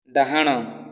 ଡାହାଣ